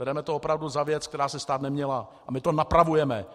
Bereme to opravdu za věc, která se stát neměla, a my to napravujeme.